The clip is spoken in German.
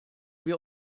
wir